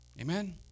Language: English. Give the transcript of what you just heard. Amen